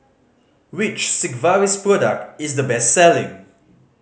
which Sigvaris product is the best selling